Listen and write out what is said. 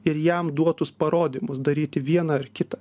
ir jam duotus parodymus daryti vieną ar kitą